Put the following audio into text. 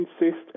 insist